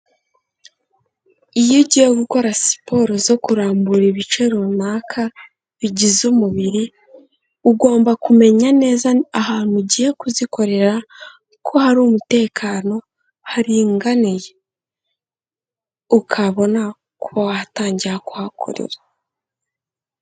Iyo ugiye gukora siporo zo kurambura ibice runaka bigize umubiri, ugomba kumenya neza ahantu ugiye kuzikorera, ko hari umutekano haringaniye. Ukabona kuba watangira kuhakorera.